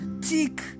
tick